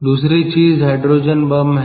दूसरी चीज hydrogen bomb है